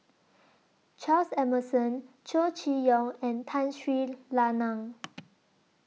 Charles Emmerson Chow Chee Yong and Tun Sri Lanang